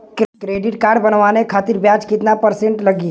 Credit card बनवाने खातिर ब्याज कितना परसेंट लगी?